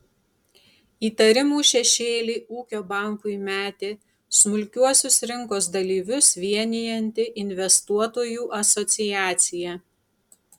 įtarimų šešėlį ūkio bankui metė smulkiuosius rinkos dalyvius vienijanti investuotojų asociacija